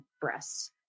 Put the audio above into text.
breasts